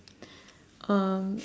um